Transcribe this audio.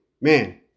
Man